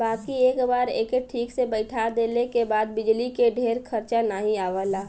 बाकी एक बार एके ठीक से बैइठा देले के बाद बिजली के ढेर खरचा नाही आवला